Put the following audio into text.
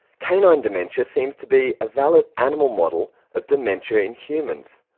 canine dementia seems to be a valid animal model of dementia in humans.